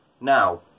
Now